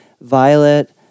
violet